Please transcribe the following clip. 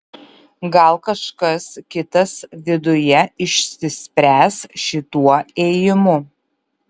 gal kažkas kitas viduje išsispręs šituo ėjimu